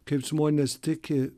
kaip žmonės tiki